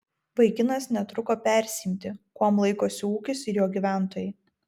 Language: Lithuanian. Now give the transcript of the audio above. vaikinas netruko persiimti kuom laikosi ūkis ir jo gyventojai